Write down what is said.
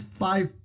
five